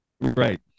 right